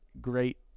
great